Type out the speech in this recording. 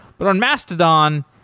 but on mastodon,